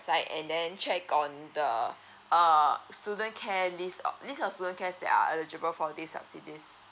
and then check on the uh student care list uh list of student cares that are eligible for this subsidies